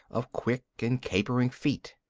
of quick and capering feet.